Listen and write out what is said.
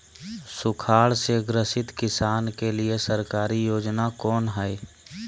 सुखाड़ से ग्रसित किसान के लिए सरकारी योजना कौन हय?